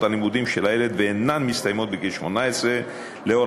הלימודים של הילד ואינן מסתיימות בגיל 14. לאור